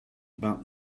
about